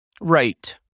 Right